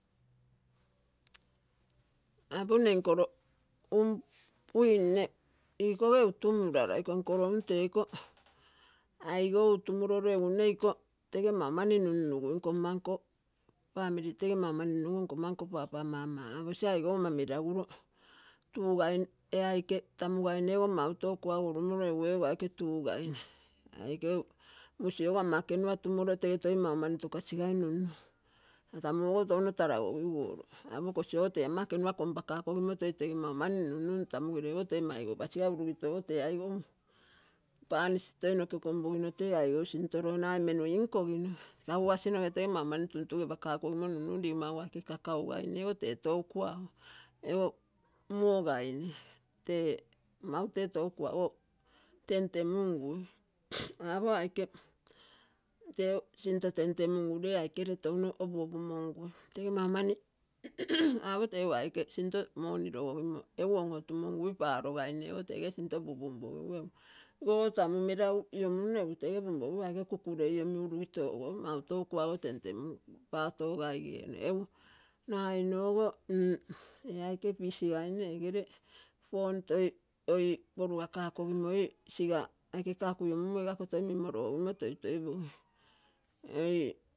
Apo nne nkoio umm buin. Nne ikoge utumulara iko nkoio umm teiko aigou tumolo reguli nne iko mani nunugui nko family tege maumani nunugui nkonmanko papamama apoc aigai ama meraguio tuu gaine ee aike tumugaine ogo mau tou kuago ulumoio egu ee ogo aike tugaine aigou muusiogo ama ekeuna tuumoio toi tege mau mani togasigai nunum. Tamu ogo touno taragokiguoio apo kosiogo tee ama ekeuna konpagagokimo toi tege mau mani nunum. Tamu gere ogo ito maigou pasiga. Urugitogo tee aiko poi danisi toi konpoipogino tee ai gou sintolo nagai menu inkogino kaugasinoge toi tege maumani tuntugepagagokimo numnum. Ligonma aike kakau gaina ogo tee tou kuago. Ee ogo mu gainae, tee maute tou kuago tentemungui samel apo aike tee sinto tentemungu ree aike touno opuopumongui tee maumani apo tee aike sinto moni logogimo egu otuotumongui paiogaine ogo tege sinto pupunpogigui egu iko tamu meragu omuno egu tege iko punpogigu ee aike kukurai, urukito ogo mau tou kuago tetemungui pato gaina ogo. Egu nagainogo mmm ee aike fish gere pom oi giga ee aike kagu iomuuo logomo toitoi pogim oi.